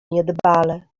niedbale